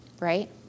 Right